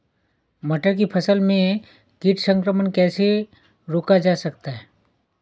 मटर की फसल में कीट संक्रमण कैसे रोका जा सकता है?